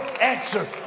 answer